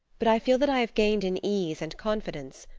but i feel that i have gained in ease and confidence.